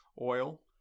Oil